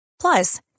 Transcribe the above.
Plus